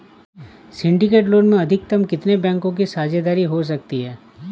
Syndicate loan में अधिकतम कितने बैंकों की साझेदारी हो सकती है?